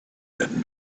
had